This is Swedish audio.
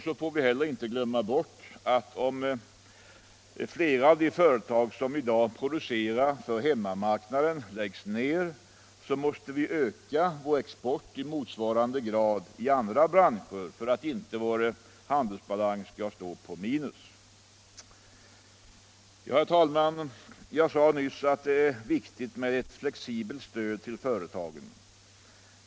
Vi får inte heller glömma bort att om flera av de företag som i dag producerar för hemmamarknaden läggs ner, måste vi öka vår export i motsvarande grad inom andra branscher för att inte vår handelsbalans skall stå på minus. Herr talman! Jag sade nyss att det är viktigt med ett flexibelt stöd till företagen.